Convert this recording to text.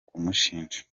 kumushinja